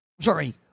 Sorry